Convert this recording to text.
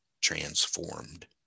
transformed